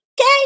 okay